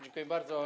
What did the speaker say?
Dziękuję bardzo.